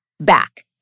back